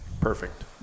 perfect